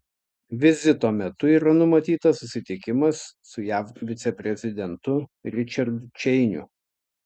vizito metu yra numatytas susitikimas su jav viceprezidentu ričardu čeiniu